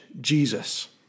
Jesus